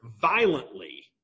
violently